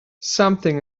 something